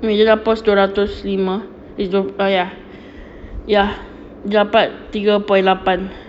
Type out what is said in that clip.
umi dia dah post dua ratus lima ya ya dia dapat tiga point lapan